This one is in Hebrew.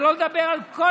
שלא לדבר על ההיבט הביטחוני,